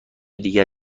دیگر